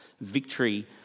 Victory